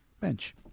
bench